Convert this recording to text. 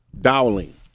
Dowling